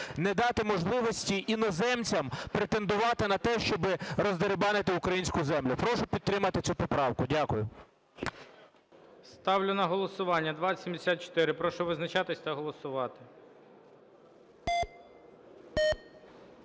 не дати можливості іноземцям претендувати на те, щоб роздеребанити українську землю. Прошу підтримати цю поправку. Дякую. ГОЛОВУЮЧИЙ. Ставлю на голосування 2074. Прошу визначатись та голосувати.